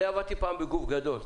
עבדתי פעם בגוף גדול,